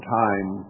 time